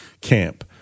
camp